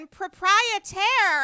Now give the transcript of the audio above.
proprietor